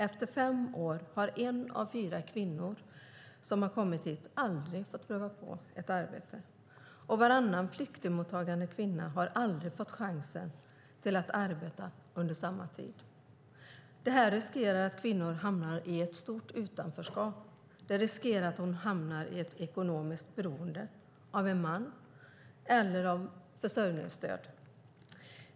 Efter fem år har en av fyra kvinnor som kommit hit aldrig fått pröva på ett arbete, och varannan flyktingmottagen kvinna har aldrig fått chansen att arbeta. Dessa kvinnor riskerar att hamna i ett stort utanförskap och i ett ekonomiskt beroende av en man eller av försörjningsstöd.